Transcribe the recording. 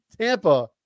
Tampa